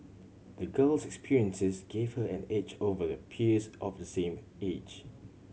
the girl's experiences gave her an edge over her peers of the same age